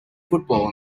football